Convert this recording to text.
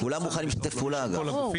כולם מוכנים לשתף פעולה, אגב.